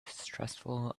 distrustful